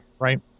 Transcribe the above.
Right